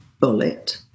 bullet